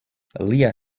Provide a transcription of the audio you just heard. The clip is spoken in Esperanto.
lia